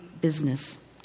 business